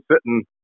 sitting